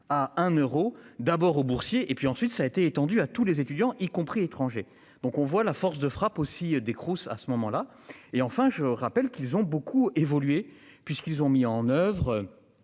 à un euro d'abord aux boursiers et puis ensuite ça a été étendue à tous les étudiants, y compris étrangers. Donc on voit la force de frappe aussi des Crous, à ce moment-là. Et enfin je rappelle qu'ils ont beaucoup évolué, puisqu'ils ont mis en oeuvre.